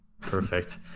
perfect